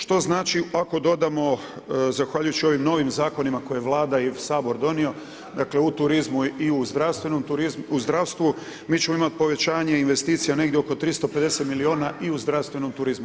Što znači ako dodamo zahvaljujući ovim novim zakonima koje je Vlada i Sabor donio, dakle u turizmu i u zdravstvenom turizmu, u zdravstvu mi ćemo imati povećanje investicija negdje oko 350 milijuna i u zdravstvenom turizmu.